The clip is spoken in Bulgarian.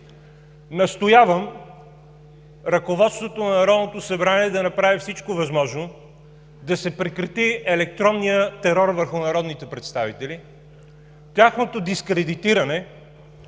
Настоявам ръководството на Народното събрание да направи всичко възможно да се прекрати електронният терор върху народните представители, тяхното дискредитиране